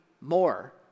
More